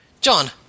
John